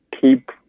keep